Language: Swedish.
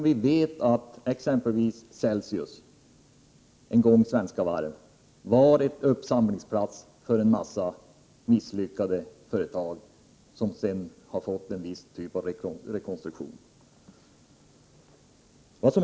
Vi vet att exempelvis Celsius, en gång Svenska Varv, var en uppsamlingsplats för en mängd misslyckade företag, vilka sedan har fått en viss typ av rekonstruktion.